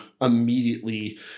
immediately